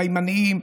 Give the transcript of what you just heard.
והימניים,